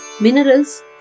minerals